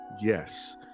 yes